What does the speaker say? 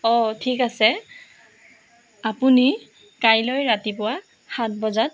অঁ ঠিক আছে আপুনি কাইলৈ ৰাতিপুৱা সাত বজাত